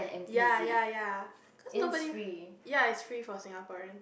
ya ya ya cause nobody ya it's free for Singaporean